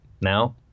now